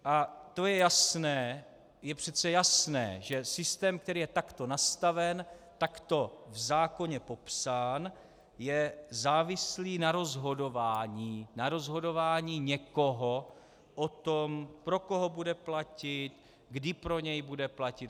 A to je jasné, je přece jasné, že systém, který je takto nastaven, takto v zákoně popsán, je závislý na rozhodování, na rozhodování někoho o tom, pro koho bude platit, kdy pro něj bude platit atd.